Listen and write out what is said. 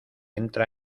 entra